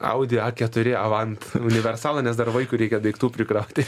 audi a keturi avant universalą nes dar vaikui reikia daiktų prikraut tai